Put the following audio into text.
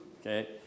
okay